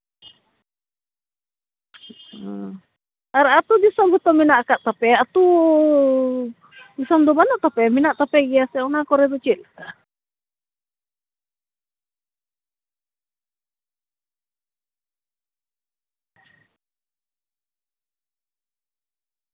ᱚ ᱟᱨ ᱟᱹᱛᱩ ᱫᱤᱥᱚᱢ ᱦᱚᱸᱛᱚ ᱢᱮᱱᱟᱜ ᱠᱟᱜ ᱛᱟᱯᱮᱭᱟ ᱟᱹᱛᱩ ᱫᱤᱥᱚᱢ ᱫᱚ ᱵᱟᱹᱱᱩᱜ ᱛᱟᱯᱮᱭᱟ ᱢᱮᱱᱟᱜ ᱛᱟᱯᱮ ᱜᱮᱭᱟ ᱥᱮ ᱚᱱᱟ ᱠᱚᱨᱮ ᱫᱚ ᱪᱮᱫᱞᱮᱠᱟ